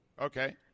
Okay